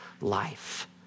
life